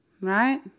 right